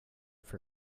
for